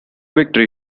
victory